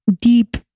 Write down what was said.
deep